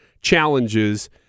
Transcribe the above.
challenges